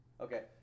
Okay